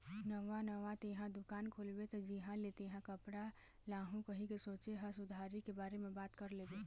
नवा नवा तेंहा दुकान खोलबे त जिहाँ ले तेंहा कपड़ा लाहू कहिके सोचें हस उधारी के बारे म बात कर लेबे